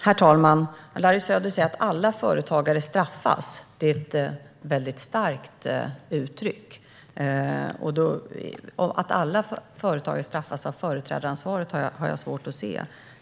Herr talman! Larry Söder säger att alla företagare straffas. Det är ett väldigt starkt uttryck. Att alla företagare straffas av företrädaransvaret har jag svårt att se.